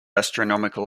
astronomical